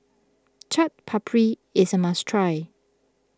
Chaat Papri is a must try